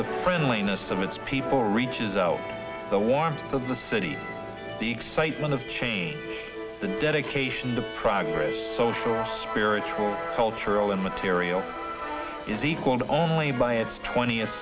the friendliness of its people reaches out the warmth of the city the excitement of change the dedication the progress so for spiritual cultural and material is equal to only by its twentieth